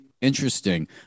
interesting